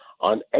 On